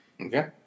Okay